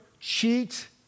cheat